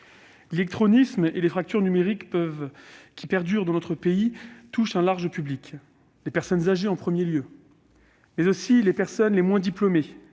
L'illectronisme et les fractures numériques qui perdurent dans notre pays touchent un large public : les personnes âgées en premier lieu, mais aussi les personnes les moins diplômées,